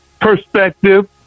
perspective